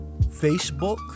Facebook